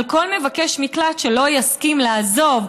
אבל כל מבקש מקלט שלא יסכים לעזוב,